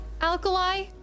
Alkali